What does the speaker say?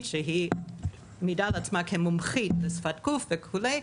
שהיא מעידה על עצמה כמומחית לשפת גוף וכולי,